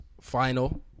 final